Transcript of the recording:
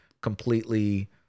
completely